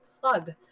plug